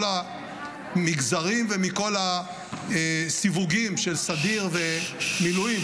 המגזרים ומכל הסיווגים של סדיר ומילואים,